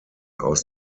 aus